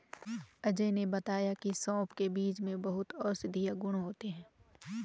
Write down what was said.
अजय ने बताया की सौंफ का बीज में बहुत औषधीय गुण होते हैं